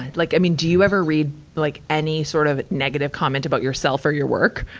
like i mean, do you ever read like any sort of negative comment about yourself or your work?